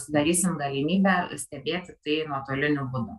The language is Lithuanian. sudarysim galimybę stebėti tai nuotoliniu būdu